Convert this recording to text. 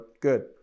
Good